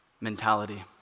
mentality